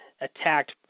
attacked